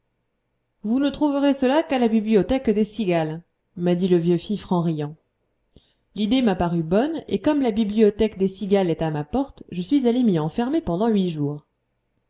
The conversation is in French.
vous ne trouverez cela qu'à la bibliothèque des cigales m'a dit le vieux fifre en riant l'idée m'a paru bonne et comme la bibliothèque des cigales est à ma porte je suis allé m'y enfermer pendant huit jours